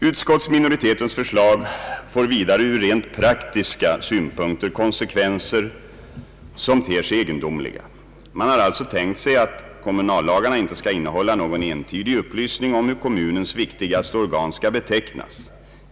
Utskottsminoritetens förslag får vidare från rent praktiska synpunkter konsekvenser som ter sig egendomliga. Man har alltså tänkt sig att kommunallagarna inte skall innehålla någon entydig upplysning om hur kommunens viktigaste organ skall betecknas.